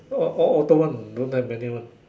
all all auto one don't have manual one